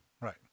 right